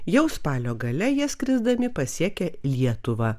jau spalio gale jie skrisdami pasiekia lietuvą